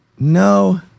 No